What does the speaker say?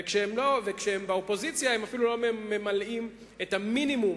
כשהם באופוזיציה, הם אפילו לא ממלאים את המינימום